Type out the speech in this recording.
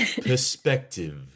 Perspective